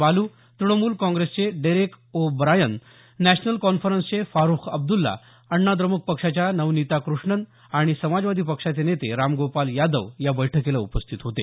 बालू तृणमूल काँग्रसचे Derek O'Brien national कॉन्फरन्सचे फारुख अब्दुल्ला अण्णा द्रमुक पक्षाच्या नवनीता कृष्णन् आणि समाजवादी पक्षाचे नेते रामगोपाल यादव या बैठकीला उपस्थित होते